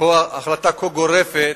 החלטה כה גורפת,